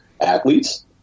athletes